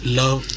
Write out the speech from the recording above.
love